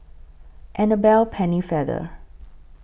Annabel Pennefather